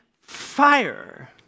fire